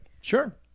Sure